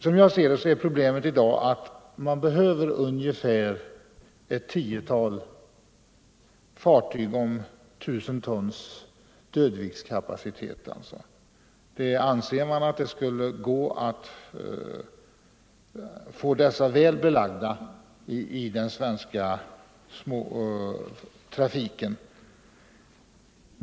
Som jag ser det behövs i dag ett tiotal fartyg om 1000 tons dödviktskapacitet. Man anser att det skulle gå att få dessa fartyg belagda i den svenska trafiken.